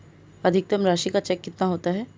अधिकतम राशि का चेक कितना होता है?